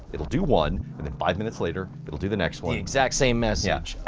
it'll do one, and then five minutes later it'll do the next one. the exact same message?